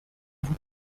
vous